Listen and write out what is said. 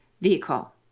Vehicle